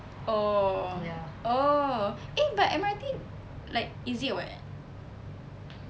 oh oh eh but M_R_T like easier [what]